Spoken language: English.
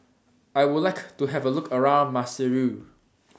I Would like to Have A Look around Maseru